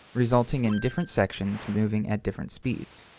resulting in different sections moving at different speeds.